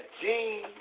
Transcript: gene